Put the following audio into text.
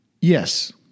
Yes